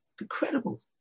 Incredible